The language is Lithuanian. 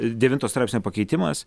devinto straipsnio pakeitimas